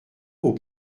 aux